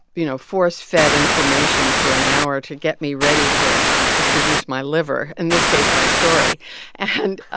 you know, force-fed information for an hour to get me ready for to produce my liver in this case, my story and